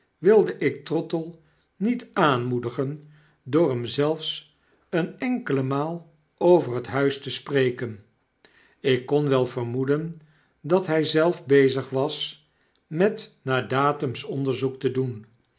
wilde ik trottle niet aanmoedigen door hem zelfs eene enkele maal over het huis te spreken ik kon wel vermoeden dat hy zelf bezig was met naar datums onderzoek te doen